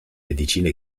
medicina